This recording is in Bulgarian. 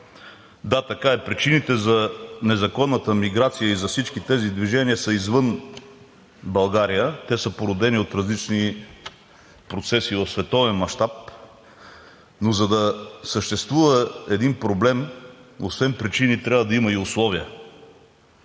Да, така е, причините за незаконната миграция и за всички тези движения са извън България, те са породени от различни процеси в световен мащаб, но, за да съществува един проблем, освен причини, трябва да има и условия.